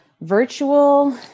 virtual